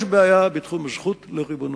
יש בעיה בתחום זכות לריבונות.